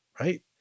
right